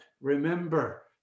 Remember